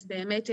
אז באמת,